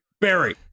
barry